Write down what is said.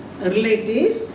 relatives